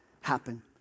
happen